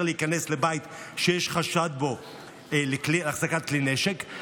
להיכנס לבית כשיש חשד להחזקת כלי נשק בו.